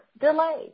delay